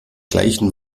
gleichen